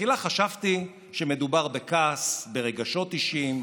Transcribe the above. בתחילה חשבתי שמדובר בכעס, ברגשות אישיים.